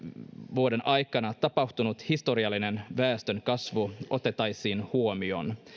vuoden aikana tapahtunut historiallinen väestönkasvu otettaisiin huomioon